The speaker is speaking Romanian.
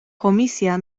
comisia